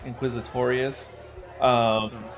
Inquisitorius